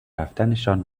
رفتنشان